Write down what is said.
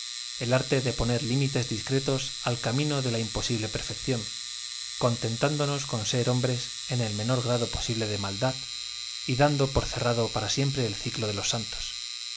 el arte de poner límites discretos al camino de la imposible perfección contentándonos con ser hombres en el menor grado posible de maldad y dando por cerrado para siempre el ciclo de los santos